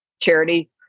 charity